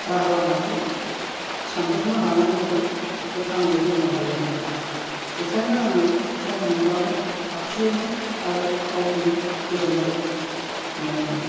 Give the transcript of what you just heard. राहा लामाखौ सानहरनो हानाय बादि गोथाङै दोननो हायोमोन बेखायनो आङो सम मोनब्लानो आखियोमोन आरो गावखौनो गोजोन्नाय मोनोमोन